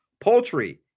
Poultry